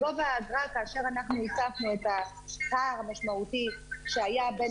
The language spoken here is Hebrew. כאשר אנחנו הצפנו את הפער המשמעותי שהיה בין